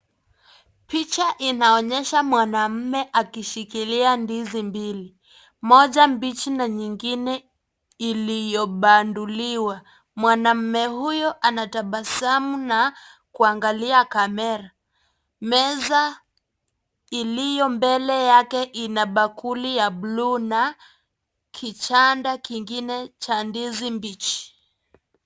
Picha inaonyesha mwanamume akishikilia ndizi mbili, moja bichi na nyingine iliyobanduliwa. Mwanamume huyu anatabasamu na kuangalia kamera. Meza iliyo mbele yake ina bakuli ya bluu na kichanda kingine cha ndizi bichi.